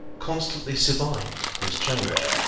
constantly survived this change.